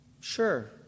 Sure